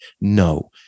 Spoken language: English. No